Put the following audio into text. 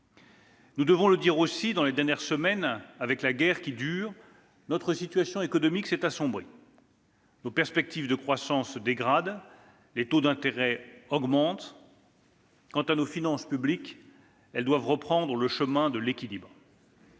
Nous devons le dire aussi : dans les dernières semaines, du fait de la guerre qui dure, notre situation économique s'est assombrie. Nos perspectives de croissance se dégradent. Les taux d'intérêt augmentent. Quant à nos finances publiques, elles doivent retrouver le chemin de l'équilibre.